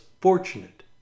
fortunate